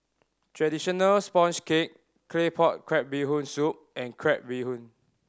traditional sponge cake Claypot Crab Bee Hoon Soup and crab bee hoon